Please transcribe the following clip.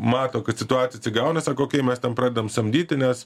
mato kad situacija atsigauna sako okei mes ten pradedam samdyti nes